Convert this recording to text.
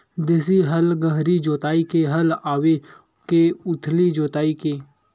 देशी हल गहरी जोताई के हल आवे के उथली जोताई के?